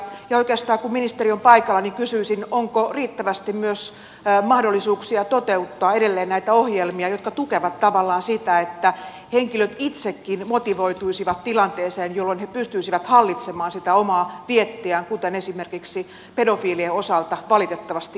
oikeastaan kun ministeri on paikalla kysyisin onko riittävästi myös mahdollisuuksia toteuttaa edelleen näitä ohjelmia jotka tukevat tavallaan sitä että henkilöt itsekin motivoituisivat tilanteeseen jolloin he pystyisivät hallitsemaan sitä omaa viettiään kuten esimerkiksi pedofiilien osalta valitettavasti on